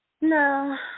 no